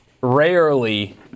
rarely